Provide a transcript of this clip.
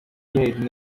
gate